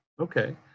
Okay